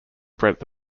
breadth